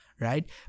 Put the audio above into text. Right